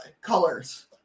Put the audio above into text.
colors